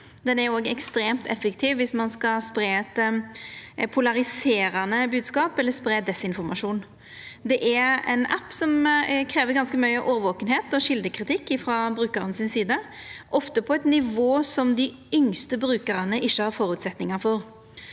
Han er òg ekstremt effektiv viss ein skal spreia eit polariserande bodskap eller spreia desinformasjon. Det er ein app som krev ganske mykje aktsemd og kjeldekritikk frå brukarane si side, ofte på eit nivå som dei yngste brukarane ikkje har føresetnader for.